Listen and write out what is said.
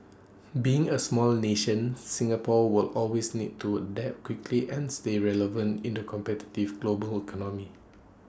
being A small nation Singapore will always need to adapt quickly and stay relevant in the competitive global economy